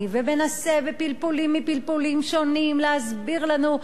ומנסה בפלפולים מפלפולים שונים להסביר לנו,